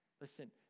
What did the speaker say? Listen